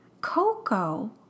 Coco